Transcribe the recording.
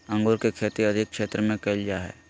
अंगूर के खेती अधिक क्षेत्र में कइल जा हइ